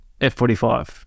F45